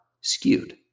skewed